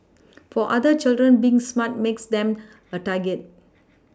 for other children being smart makes them a target